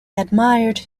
admired